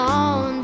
on